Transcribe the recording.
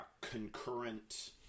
concurrent